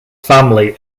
family